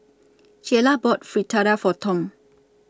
Jaylah bought Fritada For Tom